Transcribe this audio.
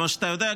כמו שאתה יודע,